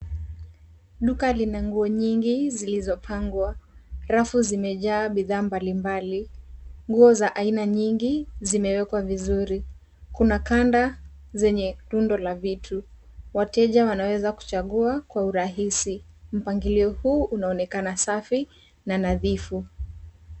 Duka lina nguo nyingi zilizopangwa. Rafu zimejaa bidhaa mbalimbali. Nguo za aina nyingi zimewekwa vizuri. Kuna kanda zenye rundo la vitu. Wateja wanaweza kuchagua kwa urahisi. Mpangilio huu unaonekana safi na nadhifu.